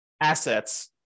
assets